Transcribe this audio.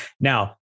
Now